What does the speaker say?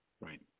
Right